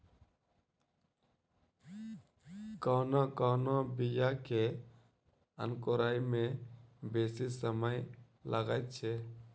कोनो कोनो बीया के अंकुराय मे बेसी समय लगैत छै